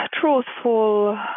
truthful